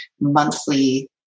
monthly